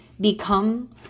become